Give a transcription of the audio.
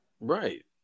right